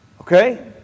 okay